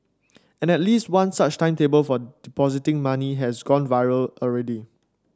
and at least one such timetable for depositing money has gone viral already